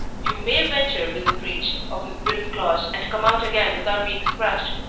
you may venture within reach of miss gwilt's claws and come out again without being scratched.